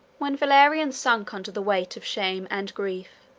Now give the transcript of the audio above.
when valerian sunk under the weight of shame and grief,